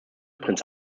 prinz